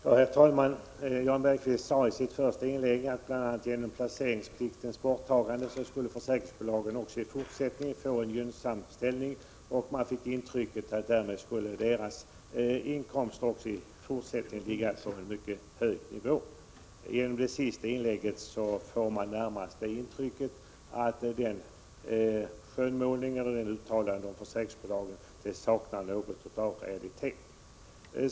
Herr talman! Jan Bergqvist sade i sitt första inlägg att bl.a. genom placeringspliktens borttagande skulle försäkringsbolagen också i fortsättningen få en gynnsam ställning. Man fick intrycket att därmed skulle försäkringsbolagens inkomster även fortsättningsvis ligga på en mycket hög nivå. Genom det senaste inlägget får man närmast uppfattningen att det uttalandet om försäkringsbolagen och den skönmålningen saknar realitet.